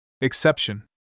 Exception